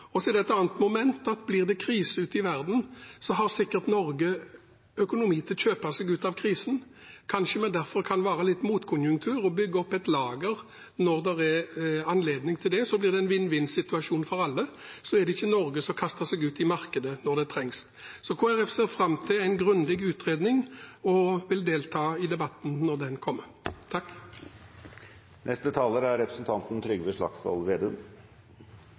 Så er det et annet moment: Blir det krise ute i verden, har Norge sikkert økonomi til å kjøpe seg ut av krisen. Kanskje vi derfor kan være litt «motkonjunktur» og bygge opp et lager når det er anledning til det. Så blir det en vinn-vinn-situasjon for alle, og så er det ikke Norge som kaster seg ut i markedet når det trengs. Kristelig Folkeparti ser fram til en grundig utredning og vil delta i debatten når den kommer.